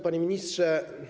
Panie Ministrze!